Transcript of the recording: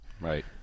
Right